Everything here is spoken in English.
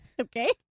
Okay